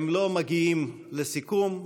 הם לא מגיעים לסיכום.